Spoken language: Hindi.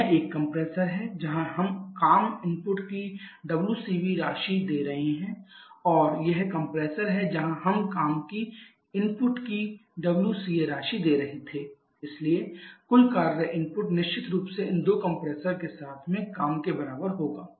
तो यह एक कंप्रेसर है जहां हम काम इनपुट की WCB राशि दे रहे हैं और यह कंप्रेसर है जहां हम काम इनपुट की WCA राशि दे रहे थे इसलिए कुल काम इनपुट निश्चित रूप से इन दो कंप्रेशर्स के साथ मे काम के बराबर होगा